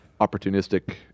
opportunistic